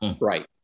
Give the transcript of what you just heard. Right